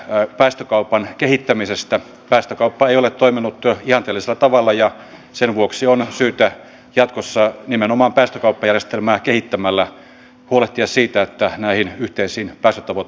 ar päästökaupan kehittämisestä päästökauppa ei ole toiminut työ ja elisa tavalla ja sen vuoksi on syytä jatkossa nimenomaan päästökauppajärjestelmää kehittämällä eduskunta edellyttää että näihin yhteisiin asettavat